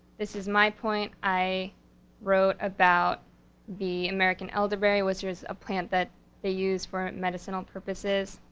this is my point, i wrote about the american elderberry, which was a plant that they use for medicinal purposes,